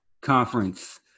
Conference